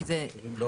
כי זה